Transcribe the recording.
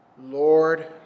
Lord